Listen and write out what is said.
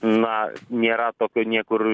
na nėra tokio niekur